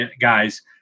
guys